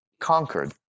conquered